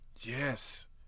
Yes